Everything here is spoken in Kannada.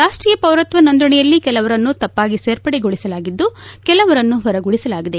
ರಾಷ್ಷೀಯ ಪೌರತ್ವ ನೋಂದಣಿಯಲ್ಲಿ ಕೆಲವರನ್ನು ತಪ್ಪಾಗಿ ಸೇರ್ಪಡೆಗೊಳಿಸಲಾಗಿದ್ದು ಕೆಲವರನ್ನು ಹೊರಗುಳಿಸಲಾಗಿದೆ